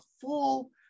full